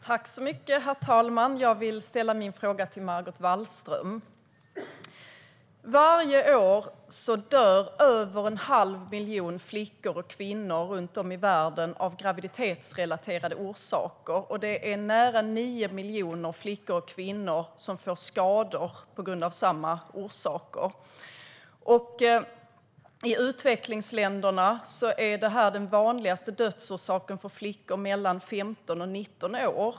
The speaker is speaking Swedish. Herr talman! Jag vill ställa min fråga till Margot Wallström. Varje år dör över en halv miljon flickor och kvinnor runt om i världen av graviditetsrelaterade orsaker, och nära 9 miljoner flickor och kvinnor får skador på grund av samma orsaker. I utvecklingsländerna är det den vanligaste dödsorsaken för flickor mellan 15 och 19 år.